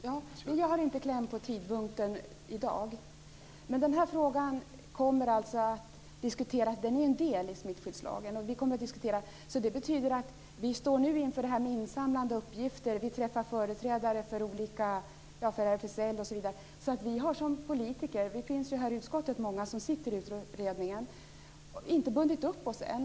Herr talman! Jag har inte kläm på tidpunkten i dag. Den här frågan kommer att diskuteras, eftersom det är en del i smittskyddslagen. Vi står nu inför insamlande av uppgifter. Vi träffar företrädare för RFSL, osv. Det finns många här i utskottet som sitter i utredningen. Vi har inte bundit upp oss än.